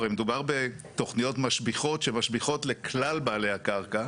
הרי מדובר בתוכניות משביחות שמשביחות לכלל בעלי הקרקע,